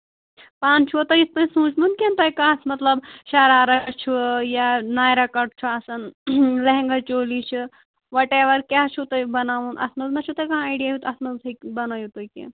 پانہٕ چھُوا تۄہہِ یِتھٕ پٲٹھۍ سوٗنٛچمُت کِنہٕ تۄہہِ کَتھ مطلب شَرارا چھُ یا نایرا کٹ چھُ آسان لیہنگا چولی چھِ وٹ اَیور کیٛاہ چھُو تۄہہِ بَناوُن اَتھ منٛز ما چھُ تۅہہِ کانٛہہ ایڈِیا اَتھ منٛز ہٮ۪کِو بَنٲوِتھ تُہی کیٛاہ